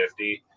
50